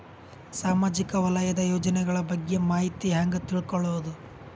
ಸಾಮಾಜಿಕ ವಲಯದ ಯೋಜನೆಗಳ ಬಗ್ಗೆ ಮಾಹಿತಿ ಹ್ಯಾಂಗ ತಿಳ್ಕೊಳ್ಳುದು?